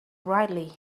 brightly